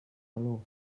xaló